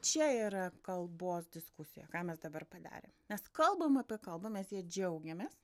čia yra kalbos diskusija ką mes dabar padarėm mes kalbam apie kalbą mes ja džiaugiamės